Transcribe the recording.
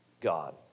God